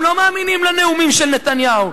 הם לא מאמינים לנאומים של נתניהו.